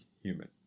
human